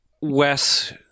Wes